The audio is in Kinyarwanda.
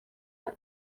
nta